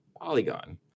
Polygon